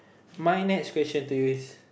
my next question to you is